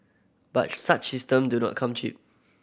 but such system do not come cheap